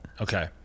Okay